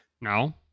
No